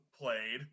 played